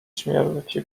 śmierci